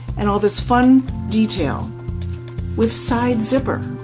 and all this fun detail with side zipper.